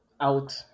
Out